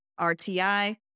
RTI